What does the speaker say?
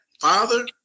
father